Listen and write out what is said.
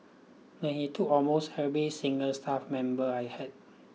and he took almost every single staff member I had